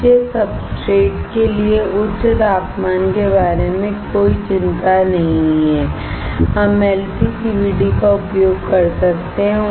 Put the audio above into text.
नीचे सब्सट्रेट के लिए उच्च तापमान के बारे में कोई चिंता नहीं है हम LPCVD का उपयोग कर सकते हैं